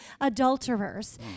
adulterers